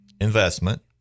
investment